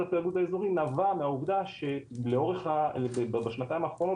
התאגוד האזורי נבע מהעובדה שבשנתיים האחרונות